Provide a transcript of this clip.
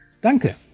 Danke